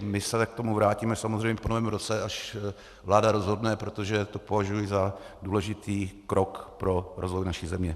My se k tomu vrátíme samozřejmě po Novém roce, až vláda rozhodne, protože to považuji za důležitý krok pro rozvoj naší země.